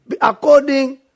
according